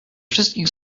wszystkich